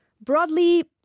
broadly